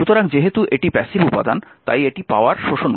সুতরাং যেহেতু এটি প্যাসিভ উপাদান তাই এটি পাওয়ার শোষণ করে